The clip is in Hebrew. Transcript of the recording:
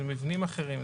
זה מבנים אחרים,